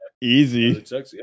Easy